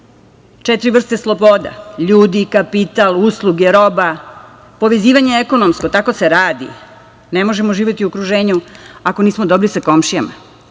četiri vrsta sloboda – ljudi, kapital, usluge, roba, povezivanje ekonomsko. Tako se radi. Ne možemo živeti u okruženju ako nismo dobri sa komšijama. Na